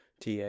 TA